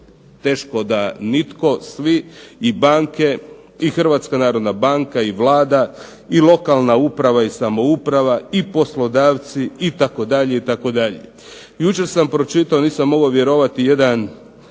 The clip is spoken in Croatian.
teško da nitko, svi i banke i Hrvatska narodna banka i Vlada, i lokalna uprava i samouprava i poslodavci itd. Jučer sam pročitao, nisam mogao vjerovati jedan,